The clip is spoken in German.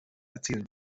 erzielen